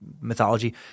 mythology